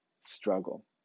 struggle